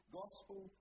gospel